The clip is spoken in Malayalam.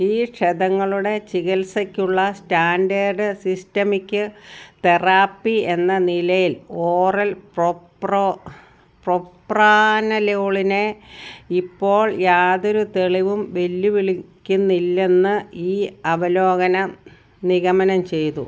ഈ ക്ഷതങ്ങളുടെ ചികിത്സയ്ക്കുള്ള സ്റ്റാൻഡേർഡ് സിസ്റ്റമിക് തെറാപ്പി എന്ന നിലയിൽ ഓറൽ പ്രൊപ്രോ പ്രൊപ്രാനലോളിനെ ഇപ്പോൾ യാതൊരു തെളിവും വെല്ലുവിളിക്കുന്നില്ലെന്ന് ഈ അവലോകനം നിഗമനം ചെയ്തു